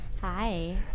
Hi